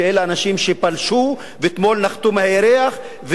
שאלה אנשים שפלשו ואתמול נחתו מהירח,